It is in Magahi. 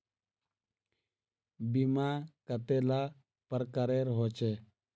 बीमा कतेला प्रकारेर होचे?